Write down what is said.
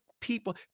people